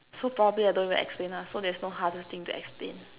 so probably I don't even explain lah so there's no hardest thing to explain